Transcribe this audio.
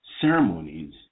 ceremonies